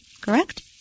Correct